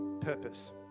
purpose